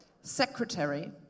secretary